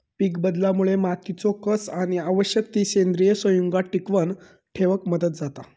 पीकबदलामुळे मातीचो कस आणि आवश्यक ती सेंद्रिय संयुगा टिकवन ठेवक मदत जाता